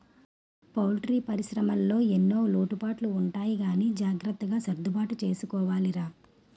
poultry పరిశ్రమలో ఎన్నో లోటుపాట్లు ఉంటాయి గానీ జాగ్రత్తగా సర్దుబాటు చేసుకోవాలిరా